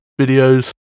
videos